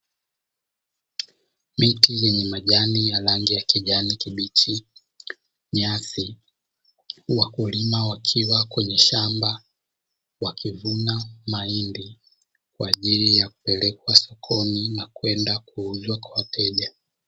Miti yenye majani ya rangi ya kijani kibichi, nyasi, wakulima wakiwa kwenye shamba wakivuna mahindi kwa ajili ya kupelekwa sokoni na kwenda kuuzwa kwa wateja.